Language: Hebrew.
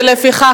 לפיכך,